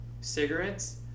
cigarettes